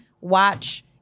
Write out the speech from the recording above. Watch